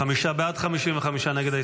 45 בעד, 55 נגד.